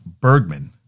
Bergman